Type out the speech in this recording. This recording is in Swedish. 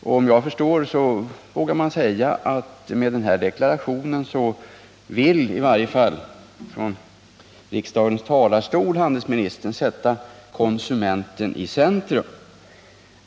Såvitt jag förstår vågar man säga att i varje fall handelsministern med den här deklarationen från riksdagens talarstol vill sätta konsumenten i centrum.